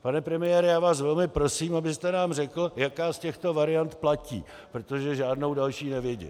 Pane premiére, já vás velmi prosím, abyste nám řekl, jaká z těchto variant platí, protože žádnou další nevidím.